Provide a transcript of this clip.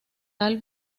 tal